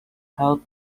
held